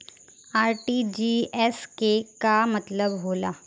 RTGS के का मतलब होला?